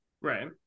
Right